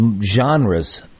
genres